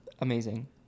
Amazing